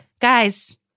guys-